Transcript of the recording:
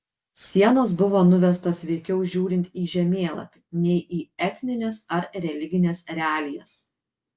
sienos buvo nuvestos veikiau žiūrint į žemėlapį nei į etnines ar religines realijas